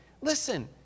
Listen